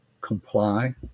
comply